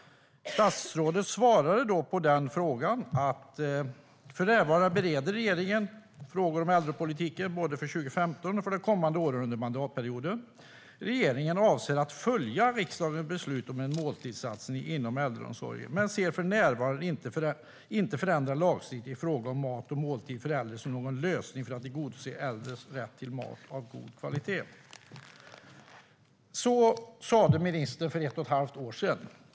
Statsrådet svarade så här på den frågan: "För närvarande bereder regeringen frågor om äldrepolitiken både för 2015 och för de kommande åren under mandatperioden. Regeringen avser att följa riksdagens beslut om en måltidssatsning inom äldreomsorgen men ser för närvarande inte förändrad lagstiftning i fråga om mat och måltid för äldre som någon lösning för att tillgodose äldres rätt till mat av god kvalité." Så sa ministern för ett och ett halvt år sedan.